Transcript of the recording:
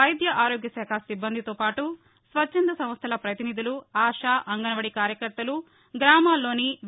వైద్య ఆరోగ్య శాఖ సిబ్బందితో పాటు స్వచ్చంద సంస్టల ప్రతినిధులు ఆశా అంగన్వాదీ కార్యకర్తలు గ్రామాల్లోని వి